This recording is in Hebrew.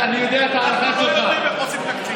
אנחנו לא יודעים איך עושים תקציב,